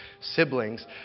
siblings